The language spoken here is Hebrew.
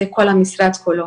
זה כל המשרד כולו,